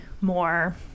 more